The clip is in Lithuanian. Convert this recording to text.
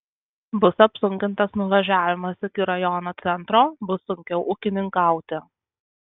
bus apsunkintas nuvažiavimas iki rajono centro bus sunkiau ūkininkauti